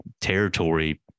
territory